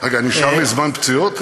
רגע, נשאר לי זמן פציעות?